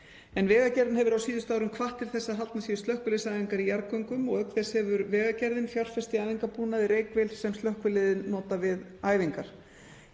Vegagerðin hefur á síðustu árum hvatt til þess að haldnar séu slökkviliðsæfingar í jarðgöngum og auk þess hefur Vegagerðin fjárfest í æfingabúnaði, reykvél sem slökkviliðið notar við æfingar.